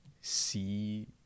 see